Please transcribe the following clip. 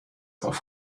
auf